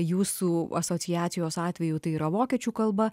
jūsų asociacijos atveju tai yra vokiečių kalba